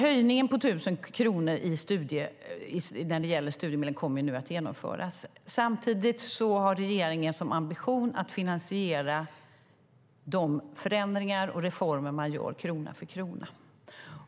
Höjningen på 1 000 kronor när det gäller studiemedlen kommer nu att genomföras. Samtidigt har regeringen som ambition att finansiera de förändringar och reformer man gör krona för krona.